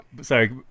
Sorry